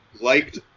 liked